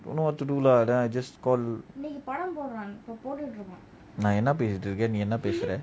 don't know what to do lah then I just call நான் என்ன பேசிட்டு இருக்கான் நீ என்ன பேசுற:naan enna peasitu irukan nee enna peasura